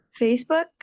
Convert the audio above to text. Facebook